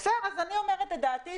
אז אני אומרת את דעתי.